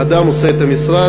האדם עושה את המשרד,